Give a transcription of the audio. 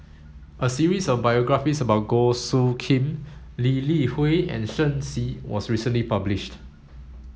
a series of biographies about Goh Soo Khim Lee Li Hui and Shen Xi was recently published